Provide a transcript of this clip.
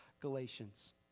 galatians